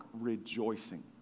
rejoicing